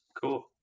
Cool